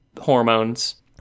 hormones